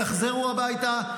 יחזרו הביתה,